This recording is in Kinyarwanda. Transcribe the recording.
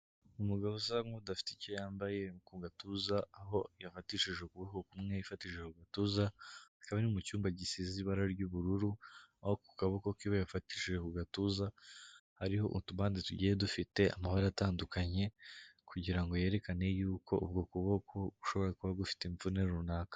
Umugabo usa nk'udafite icyo yambaye ku gatuza, aho yafatishije ukuboko kumwe yifatishije ku gatuza, akaba ari no mu cyumba gisize ibara ry'ubururu, aho ku kaboko kiwe yafatishije ku gatuza hariho utubande tugiye dufite amabara atandukanye, kugira ngo yerekane yuko uko kuboko gushobora kuba gufite imvune runaka.